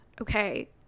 okay